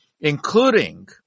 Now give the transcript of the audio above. Including